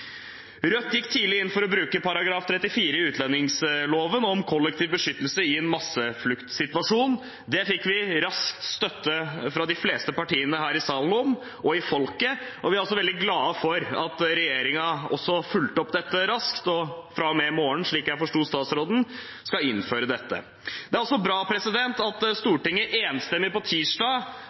Rødt gikk tidlig inn for å bruke § 34 i utlendingsloven om kollektiv beskyttelse i en massefluktsituasjon. Det fikk vi raskt støtte til fra de fleste partiene her i salen og i folket, og vi er veldig glad for at regjeringen fulgte opp dette raskt, og at man fra og med i morgen, slik jeg forsto statsråden, skal innføre dette. Det er også bra at Stortinget enstemmig på tirsdag